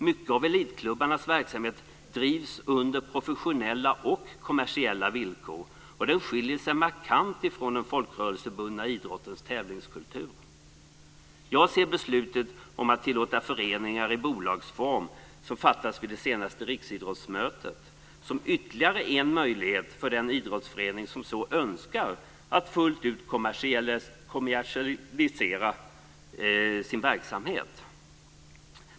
Mycket av elitklubbarnas verksamhet drivs under professionella och kommersiella villkor, och den skiljer sig markant från den folkrörelsebundna idrottens tävlingskultur. Jag ser beslutet om att tillåta föreningar i bolagsform, som fattades vid det senaste riksidrottsmötet, som ytterligare en möjlighet för den idrottsförening som så önskar att fullt ut kommersialisera sin verksamhet.